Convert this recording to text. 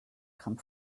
come